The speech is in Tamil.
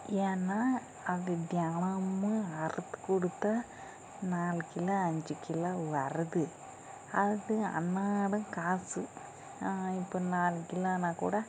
ஏன்னால் அது தினமும் அறுத்து கொடுத்து நாலு கிலோ அஞ்சு கிலோ வருது அது அன்னாடம் காசு இப்போ நாலு கிலோன்னா கூட